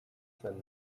zen